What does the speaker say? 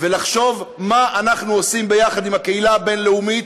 לחשוב מה אנחנו עושים יחד עם הקהילה הבין-לאומית,